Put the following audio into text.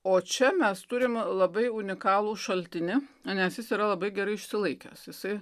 o čia mes turim labai unikalų šaltinį nes jis yra labai gerai išsilaikęs jisai